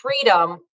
freedom